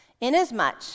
inasmuch